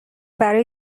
برای